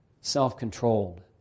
self-controlled